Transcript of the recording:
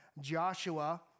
Joshua